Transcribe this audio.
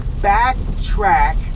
backtrack